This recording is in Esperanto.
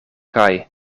kaj